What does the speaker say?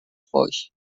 foix